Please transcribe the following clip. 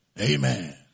Amen